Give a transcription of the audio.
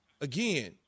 Again